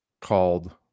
called